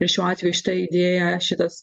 ir šiuo atveju šita idėja šitas